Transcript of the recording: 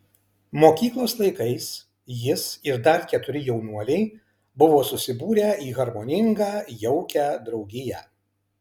mokyklos laikais jis ir dar keturi jaunuoliai buvo susibūrę į harmoningą jaukią draugiją